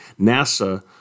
NASA